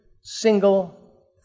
single